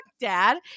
dad